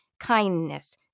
kindness